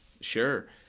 Sure